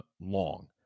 long